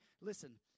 Listen